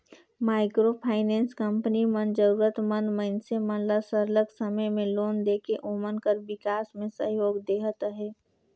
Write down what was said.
micro finance company मन जरूरत मंद मइनसे मन ल सरलग समे में लोन देके ओमन कर बिकास में सहयोग देहत अहे